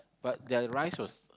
but their rice was